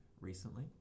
recently